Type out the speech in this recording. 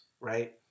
right